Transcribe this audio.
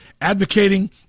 Advocating